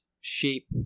shape